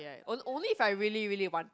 ya o~ only if I really really want